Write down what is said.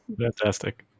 Fantastic